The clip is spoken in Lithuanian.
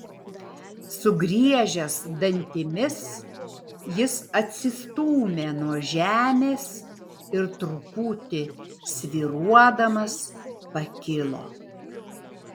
sugriežęs dantimis jis atsistūmė nuo žemės ir truputį svyruodamas pakilo